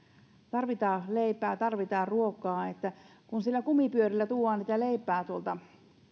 tarvitaan leipää tarvitaan ruokaa kun kumipyörillä tuodaan leipää tuolta